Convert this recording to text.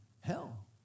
hell